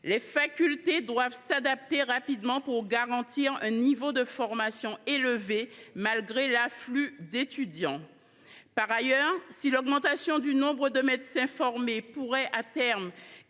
Les facultés doivent s’adapter rapidement pour garantir un niveau de formation élevé malgré l’afflux d’étudiants. Par ailleurs, si l’augmentation du nombre de médecins formés peut, à terme,